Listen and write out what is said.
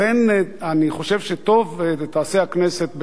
לכן אני חושב שטוב תעשה הכנסת,